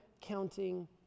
counting